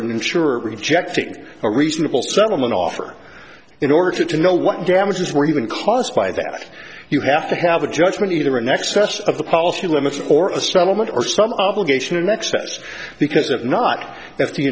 an insurer rejecting a reasonable settlement offer in order to know what damages were even caused by that you have to have a judgment either in excess of the policy limits or a settlement or some obligation in excess because if not tha